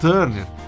Turner